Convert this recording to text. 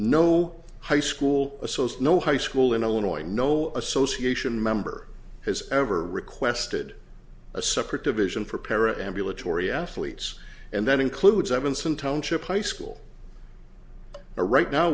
no high school associate no high school in illinois no association member has ever requested a separate division for para ambulatory athletes and that includes evanson township high school a right now